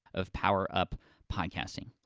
of power up podcasting.